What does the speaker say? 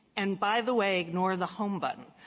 and by the way, ignore the home button.